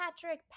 Patrick